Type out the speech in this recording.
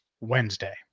Wednesday